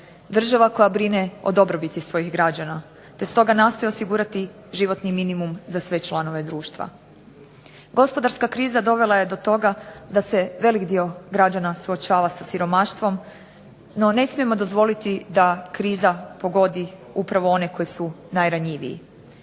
država koja brine o dobrobiti svojih građana te stoga nastoji osigurati životni minimum za sve članove društva. Gospodarska kriza dovela je do toga da se velik dio građana suočava sa siromaštvom, no ne smijemo dozvoliti da kriza pogodi upravo one koji su najranjiviji.